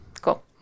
Cool